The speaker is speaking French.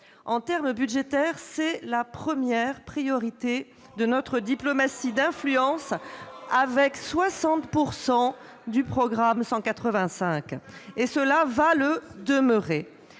En termes budgétaires, c'est la première priorité de notre diplomatie d'influence, avec 60 % du programme 185, et cela va le demeurer.